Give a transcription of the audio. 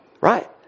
Right